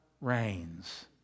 reigns